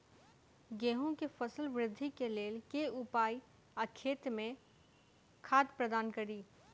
गेंहूँ केँ फसल वृद्धि केँ लेल केँ उपाय आ खेत मे खाद प्रदान कड़ी?